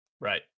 Right